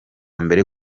mbere